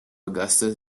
augusta